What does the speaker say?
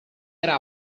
era